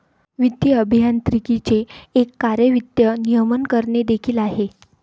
वित्तीय अभियांत्रिकीचे एक कार्य वित्त नियमन करणे देखील आहे